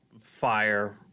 fire